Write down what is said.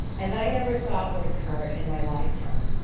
and that i never thought would occur in my lifetime.